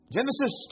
Genesis